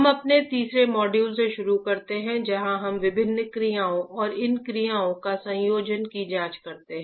हम अपने तीसरे मॉड्यूल से शुरू करते हैं जहां हम विभिन्न क्रियाओं और इन क्रियाओं का संयोजन की जांच करते हैं